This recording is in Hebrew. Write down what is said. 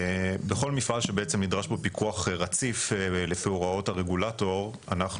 בכל מפעל שבעצם נדרש בו פיקוח רציף לפי הוראות הרגולטור אנחנו